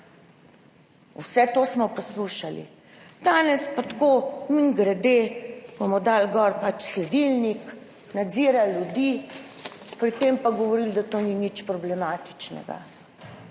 Vse to smo poslušali. Danes pa tako, mimogrede, gor bomo pač dali sledilnik, nadzirali ljudi, pri tem pa govorili, da to ni nič problematičnega.